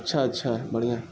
اچھا اچھا بڑھیا